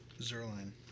Zerline